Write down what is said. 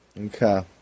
Okay